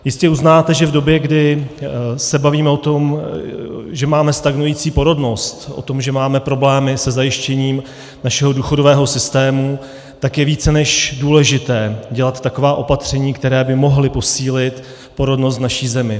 Jistě uznáte, že v době, kdy se bavíme o tom, že máme stagnující porodnost, o tom, že máme problémy se zajištěním našeho důchodového systému, je více než důležité dělat taková opatření, která by mohla posílit porodnost v naší zemi.